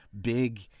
big